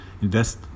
invest